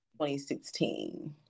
2016